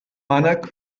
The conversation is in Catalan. mànec